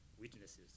witnesses